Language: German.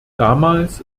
damals